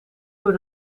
door